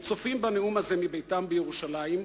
הם צופים בנאום הזה מביתם מירושלים,